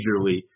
majorly